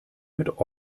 mit